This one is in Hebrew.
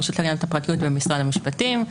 הרשות להגנת הפרטיות במשרד המשפטים,